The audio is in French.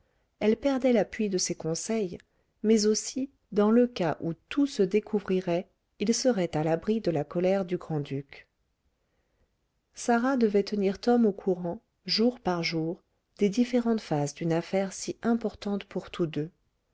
elle perdait l'appui de ses conseils mais aussi dans le cas où tout se découvrirait il serait à l'abri de la colère du grand-duc sarah devait tenir tom au courant jour par jour des différentes phases d'une affaire si importante pour tous deux